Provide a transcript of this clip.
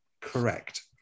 correct